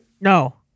No